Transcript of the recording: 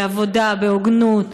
לעבודה בהוגנות,